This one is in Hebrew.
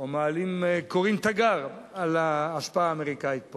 או קוראים תיגר על ההשפעה האמריקנית פה.